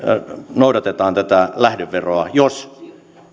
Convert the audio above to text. noudatetaan tätä lähdeveroa jos